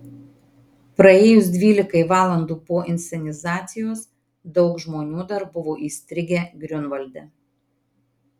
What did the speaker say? praėjus dvylikai valandų po inscenizacijos daug žmonių dar buvo įstrigę griunvalde